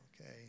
Okay